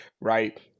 right